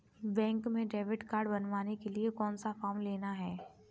Bank में debit card बनवाने के लिए कौन सा फॉर्म लेना है?